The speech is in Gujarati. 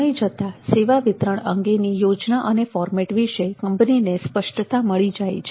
સમય જતાં સેવા વિતરણ અંગેની યોજના અને ફોર્મેટ વિશે કંપનીને સ્પષ્ટતા મળી જાય છે